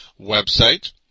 website